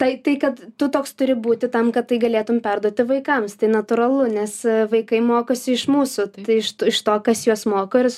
tai tai kad tu toks turi būti tam kad tai galėtum perduoti vaikams tai natūralu nes vaikai mokosi iš mūsų tai iš to kas juos moko ir su